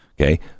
Okay